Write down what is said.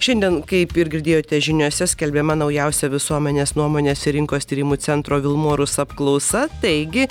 šiandien kaip ir girdėjote žiniose skelbiama naujausia visuomenės nuomonės ir rinkos tyrimų centro vilmorus apklausa taigi